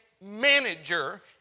manager